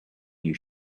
new